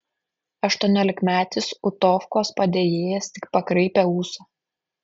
aštuoniolikmetis utovkos padėjėjas tik pakraipė ūsą